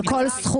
על כל סכום,